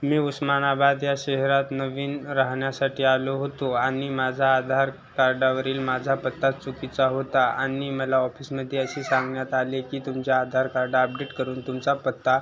मी उस्मानाबाद या शहरात नवीन राहण्यासाठी आलो होतो आणि माझा आधार कार्डावरील माझा पत्ता चुकीचा होता आणि मला ऑफिसमध्ये असे सांगण्यात आले की तुमचे आधार कार्ड आपडेट करून तुमचा पत्ता